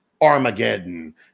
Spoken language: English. Armageddon